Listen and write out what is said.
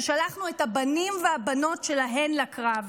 ששלחנו את הבנים והבנות שלהן לקרב,